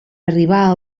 arribar